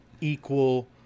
equal